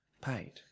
paid